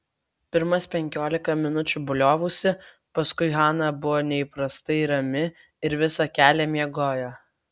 pirmas penkiolika minučių bliovusi paskui hana buvo neįprastai rami ir visą kelią miegojo